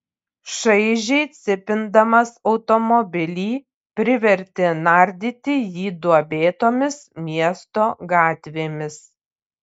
šaižiai cypindamas automobilį privertė nardyti jį duobėtomis miesto gatvėmis